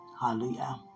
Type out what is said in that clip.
Hallelujah